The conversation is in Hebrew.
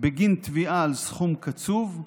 בגין תביעה על סכום קצוב,